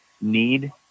need